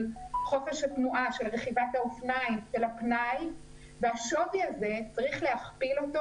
חופש התנועה של רכיבת האופניים של הפנאי והשווי הזה צריך להכפיל אותו